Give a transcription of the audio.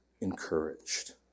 encouraged